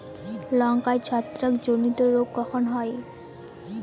লঙ্কায় ছত্রাক জনিত রোগ কখন হয়?